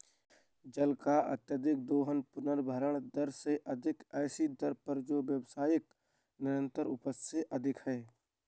जल का अत्यधिक दोहन पुनर्भरण दर से अधिक ऐसी दर पर जो व्यावहारिक निरंतर उपज से अधिक है